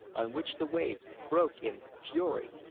on which the waves broke in fury.